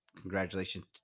Congratulations